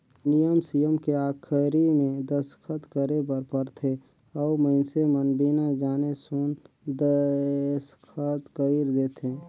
नियम सियम के आखरी मे दस्खत करे बर परथे अउ मइनसे मन बिना जाने सुन देसखत कइर देंथे